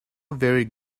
very